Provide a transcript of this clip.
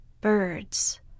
birds